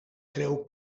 creu